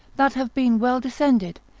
that have been well descended,